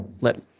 let